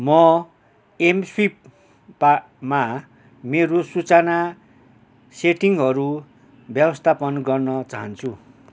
म एम स्विपबा मा मेरो सूचना सेटिङहरू व्यवस्थापन गर्न चाहन्छु